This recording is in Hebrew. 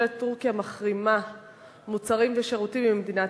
למרות העובדה שממשלת טורקיה מחרימה מוצרים ושירותים ממדינת